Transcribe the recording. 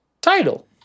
title